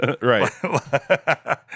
Right